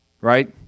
Right